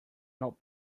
not